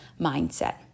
mindset